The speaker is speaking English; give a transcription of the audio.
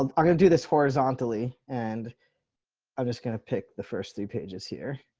um i'm going to do this horizontally, and i'm just going to pick the first few pages here.